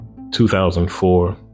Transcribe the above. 2004